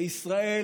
וישראל